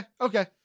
okay